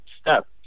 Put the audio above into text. step